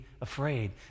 afraid